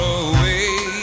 away